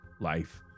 life